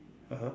(uh huh)